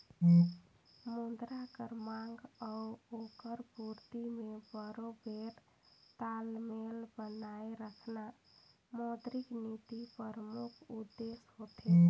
मुद्रा कर मांग अउ ओकर पूरती में बरोबेर तालमेल बनाए रखना मौद्रिक नीति परमुख उद्देस होथे